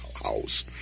house